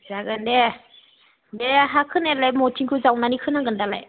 जागोन दे बे हाखोनायालाय मथिंखौ जावनानै खोनांगोन दालाय